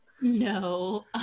No